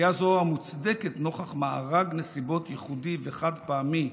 סטייה זו מוצדקת נוכח מארג נסיבות ייחודי וחד-פעמי,